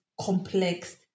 complex